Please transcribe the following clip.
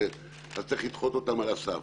צריך לדחות אותם על הסף.